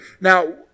Now